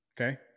Okay